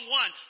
one